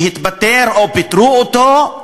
שהתפטר או פיטרו אותו,